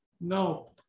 No